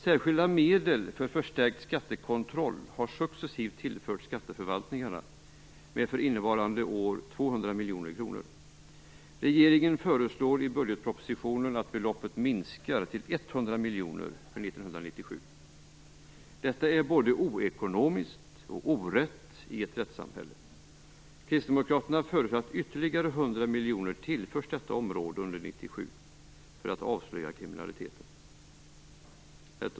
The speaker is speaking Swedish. Särskilda medel för förstärkt skattekontroll har successivt tillförts skatteförvaltningarna med för innevarande år 200 miljoner kronor. Regeringen föreslår i budgetpropositionen att beloppet minskar till 100 miljoner kronor för 1997. Detta är både oekonomiskt och orätt i ett rättssamhälle. Kristdemokraterna föreslår att ytterligare 100 miljoner kronor tillförs detta område under 1997; detta för att avslöja kriminaliteten.